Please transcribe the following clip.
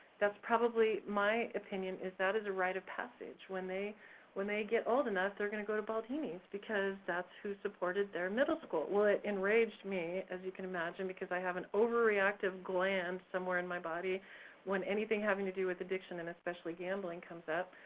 that's probably my opinion is that is a rite of passage, when they when they get old enough, they're gonna go to baldini's because that's who supported their middle school. well, it enraged me, as you can imagine, because i have an over-reactive gland somewhere in my body when anything having to do with addiction and especially gambling comes up.